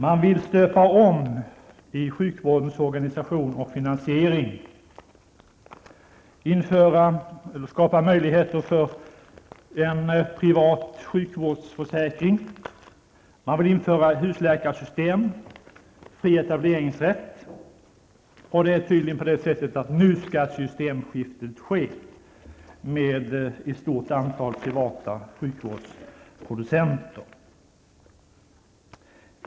Man vill stöpa om i sjukvårdens organisation och finansiering, skapa möjligheter för en privat sjukvårdsförsäkring och införa husläkarsystem och fri etableringsrätt. Det är tydligen så att ett systemskifte med ett stort antal privata sjukvårdsproducenter nu skall ske.